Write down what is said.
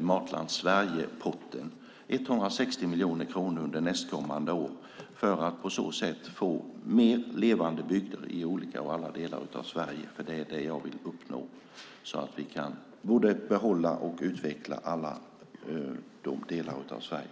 Matland Sverige-potten, 160 miljoner kronor under nästkommande år, för att på så sätt få mer levande bygder i olika och alla delar av Sverige. Det är det jag vill uppnå så att vi kan både behålla och utveckla alla delar av Sverige.